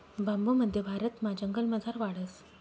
बांबू मध्य भारतमा जंगलमझार वाढस